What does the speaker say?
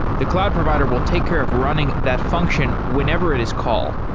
the cloud provider will take care of running that function whenever it is called.